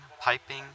piping